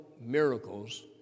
miracles